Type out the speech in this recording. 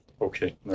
okay